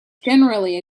generally